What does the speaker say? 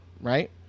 right